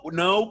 no